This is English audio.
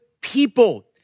people